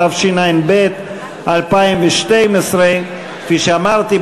התשע"ב 2012. כפי שאמרתי,